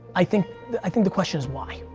i think i think the question is why?